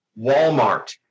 Walmart